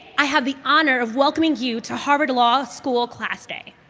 i have the honor of welcoming you to harvard law school class day,